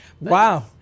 Wow